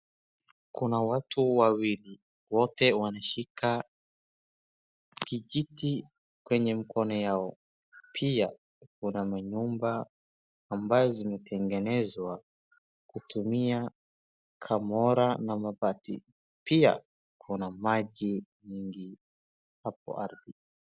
Kuna watu wawili, wote wanashika kijiti kwenye mkono yao. Pia kuna manyumba ambayo zimetengenezwa kutumia kamora na mabati. Pia kuna maji nyingi hapo ardhi.